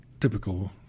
typical